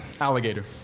Alligator